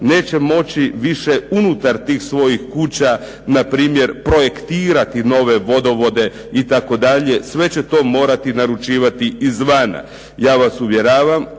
Neće moći više unutar tih svojih kuća npr. projektirati nove vodovode itd., sve će to morati naručivati izvana. Ja vas uvjeravam